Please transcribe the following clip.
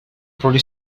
pretty